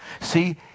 See